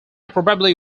probably